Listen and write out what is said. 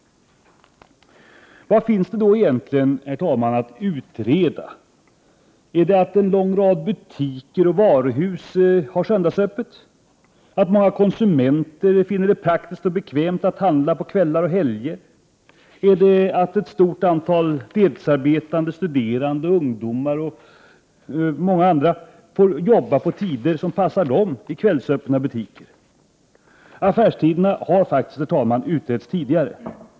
Vad finns det egentligen att utreda, herr talman? Är det att en lång rad Prot. 1988/89:90 butiker och varuhus har söndagsöppet, att många konsumenter finner det 5 april 1989 praktiskt och bekvämt att handla på kvällar och helger? Är det att ett stort antal deltidsarbetande, studerande ungdomar och många andra får arbeta på tider som passar dem i kvällsöppna butiker? Affärstiderna har faktiskt utretts tidigare.